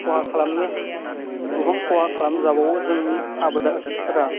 खहा खालामनो गोबां खहा खालाम जाबावो जोंनि आबादारिफोरा